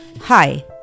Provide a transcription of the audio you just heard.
Hi